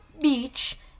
beach